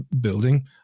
building